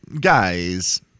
guys